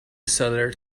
seller